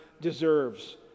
deserves